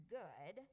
good